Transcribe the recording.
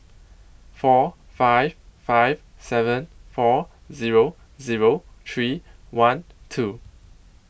four five five seven four Zero Zero three one two